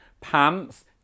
pants